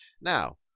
Now